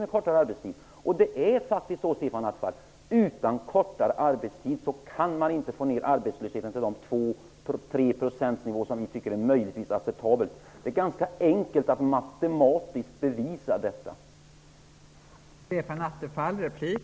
Utan kortare arbetstid, Stefan Attefall, kan man inte få ned arbetslösheten till en nivå på 2--3 % som vi tycker är acceptabelt. Det är ganska lätt att bevisa detta matematiskt.